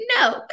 no